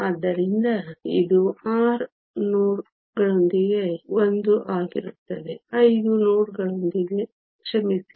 ಆದ್ದರಿಂದ ಇದು 6 ನೋಡ್ ಗಳೊಂದಿಗೆ 1 ಆಗಿರುತ್ತದೆ 5 ನೋಡ್ ಗಳೊಂದಿಗೆ ಕ್ಷಮಿಸಿ